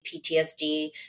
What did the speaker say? PTSD